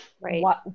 right